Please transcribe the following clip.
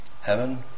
heaven